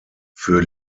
für